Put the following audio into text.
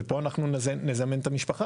ופה אנחנו נזמן את המשפחה.